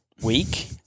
week